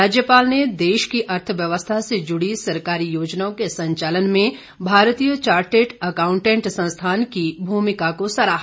राज्यपाल ने देश की अर्थव्यवस्था से जुड़ी सरकारी योजनाओं के संचालन में भारतीय चार्टर्ड अकाउंटेंट संस्थान की भूमिका को सराहा